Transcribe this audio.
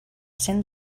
cent